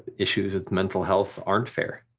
issues with mental health aren't fair.